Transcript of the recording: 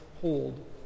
hold